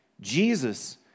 Jesus